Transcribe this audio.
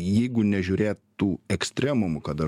jeigu nežiūrėt tų ekstremumų kada